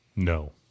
No